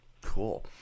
Cool